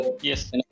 Yes